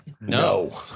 No